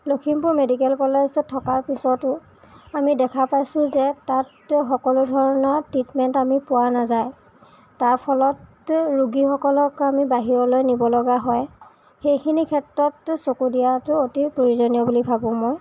Lakhimpur medical college থকাৰ পিছতো আমি দেখা পাইছোঁ যে তাত সকলো ধৰণৰ ট্ৰিটমেণ্ট আমি পোৱা নাযায় তাৰ ফলত ৰোগীসকলক আমি বাহিৰলৈ নিব লগা হয় সেইখিনি ক্ষেত্ৰত চকু দিয়াতো অতি প্ৰয়োজনীয় বুলি ভাবোঁ মই